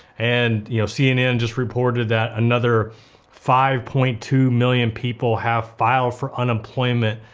and you know cnn just reported that another five point two million people have filed for unemployment.